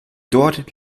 dort